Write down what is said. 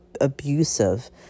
abusive